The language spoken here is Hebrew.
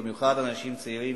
במיוחד אנשים צעירים,